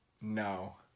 No